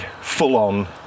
full-on